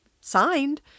signed